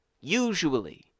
usually